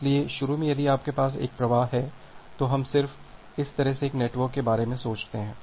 इसलिए शुरू में यदि आपके पास एक प्रवाह है तो हम सिर्फ इस तरह से एक नेटवर्क के बारे में सोचते हैं